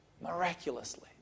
Miraculously